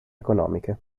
economiche